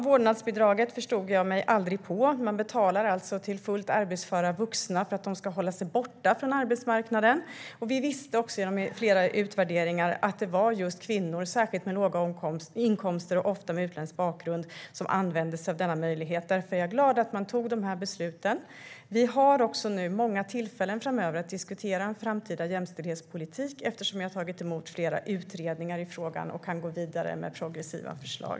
Vårdnadsbidraget förstod jag mig aldrig på. Man betalar alltså fullt arbetsföra vuxna för att de ska hålla sig borta från arbetsmarknaden. Vi visste genom flera utvärderingar att det var just kvinnor, särskilt med låga inkomster och ofta med utländsk bakgrund, som använde sig av denna möjlighet. Därför är jag glad att man fattade dessa beslut. Vi har nu många tillfällen framöver att diskutera en framtida jämställdhetspolitik eftersom vi har tagit emot flera utredningar i frågan och kan gå vidare med progressiva förslag.